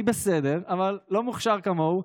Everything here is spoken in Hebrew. אני בסדר אבל לא מוכשר כמוהו.